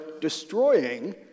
destroying